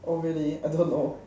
oh really I don't know